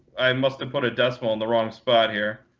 i must have put a decimal in the wrong spot here.